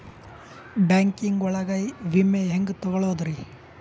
Banking ಒಳಗ ವಿಮೆ ಹೆಂಗ್ ತೊಗೊಳೋದ್ರಿ?